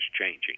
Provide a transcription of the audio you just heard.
changing